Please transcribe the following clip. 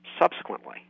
subsequently